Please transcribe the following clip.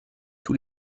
tous